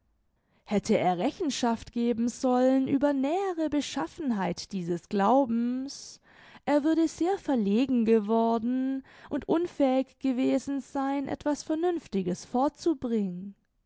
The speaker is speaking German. hätte er rechenschaft geben sollen über nähere beschaffenheit dieses glaubens er würde sehr verlegen geworden und unfähig gewesen sein etwas vernünftiges vorzubringen